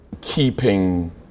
keeping